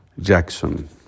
Jackson